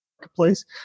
marketplace